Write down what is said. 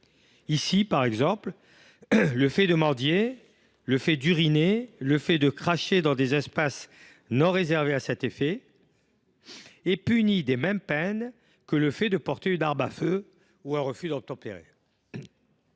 l’occurrence, le fait de mendier, d’uriner ou de cracher dans des espaces non réservés à cet effet est puni des mêmes peines que le fait de porter une arme à feu ou de refuser d’obtempérer…